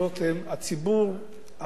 הציבור הפעם לא אשם.